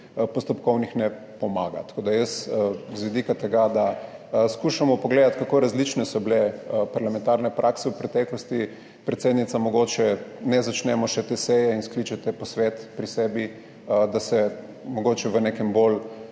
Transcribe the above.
postopkovnih ne pomaga. Tako da jaz z vidika tega, da skušamo pogledati kako različne so bile parlamentarne prakse v preteklosti, predsednica, mogoče ne začnemo še te seje in skličete posvet pri sebi, da se mogoče v nekem bolj